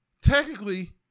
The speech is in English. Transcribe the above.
Technically